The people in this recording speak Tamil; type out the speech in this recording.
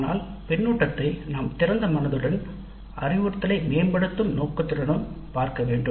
ஆனால் பின்னூட்டத்தை நாம் திறந்த மனதுடன் அறிவுறுத்தலை மேம்படுத்தும் நோக்கத்துடனும் பார்க்க வேண்டும்